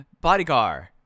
bodyguard